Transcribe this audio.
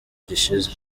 gishize